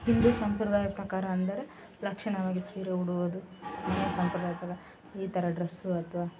ಹಿಂದೂ ಸಂಪ್ರದಾಯ ಪ್ರಕಾರ ಅಂದರೆ ಲಕ್ಷಣವಾಗಿ ಸೀರೆ ಉಡುವುದು ಮನೆಯ ಸಂಪ್ರದಾಯಕ್ಕಲ್ಲ ಈ ಥರ ಡ್ರಸ್ಸು ಅಥ್ವ